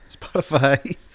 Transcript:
Spotify